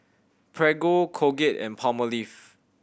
Prego Colgate and Palmolive